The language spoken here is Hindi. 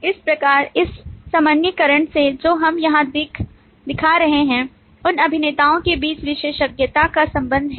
इस प्रकार इस सामान्यीकरण से जो हम यहां दिखा रहे हैं उन अभिनेताओं के बीच विशेषज्ञता का संबंध है